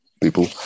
people